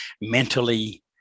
mentally